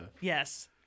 Yes